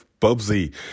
Bubsy